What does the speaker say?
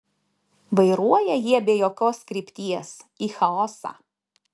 vairuoja jie be jokios krypties į chaosą